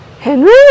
Henry